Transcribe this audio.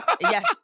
Yes